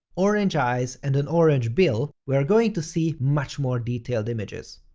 orange eyes and an orange bill, we're going to see much more detailed images.